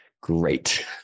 great